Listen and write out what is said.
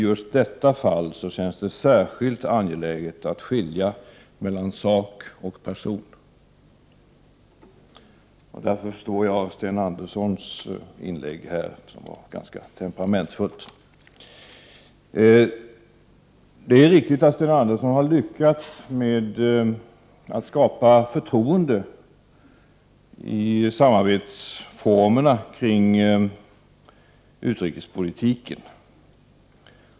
Just i det fallet känns det särskilt angeläget att skilja mellan sak och person. Därför förstår jag Sten Anderssons inlägg, som var ganska temperamentsfullt. Det är riktigt att Sten Andersson lyckats med att skapa förtroende när det gäller samarbetsformerna för utrikespolitiken.